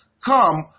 come